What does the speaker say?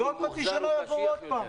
ובעוד חצי שנה יבואו עוד פעם.